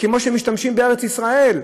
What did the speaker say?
כמו שמשתמשים בארץ ישראל,